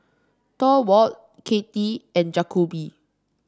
Thorwald Katy and Jakobe